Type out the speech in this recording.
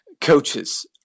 Coaches